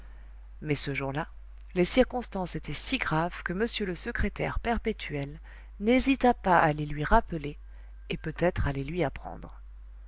mais ce jour-là les circonstances étaient si graves que m le secrétaire perpétuel n'hésita pas à les lui rappeler et peut-être à les lui apprendre